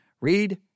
read